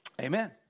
amen